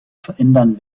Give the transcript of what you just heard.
verändern